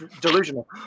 delusional